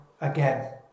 again